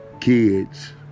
kids